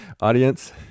audience